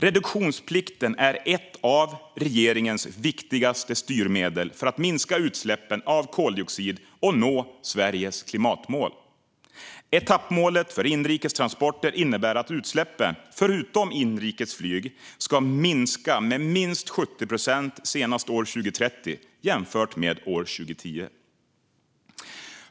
Reduktionsplikten är ett av regeringens viktigaste styrmedel för att minska utsläppen av koldioxid och nå Sveriges klimatmål. Etappmålet för inrikes transporter innebär att utsläppen, förutom inrikes flyg, ska ha minskat med minst 70 procent senast 2030 jämfört med 2010.